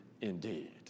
Indeed